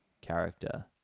character